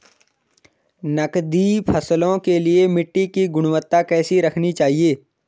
नकदी फसलों के लिए मिट्टी की गुणवत्ता कैसी रखनी चाहिए?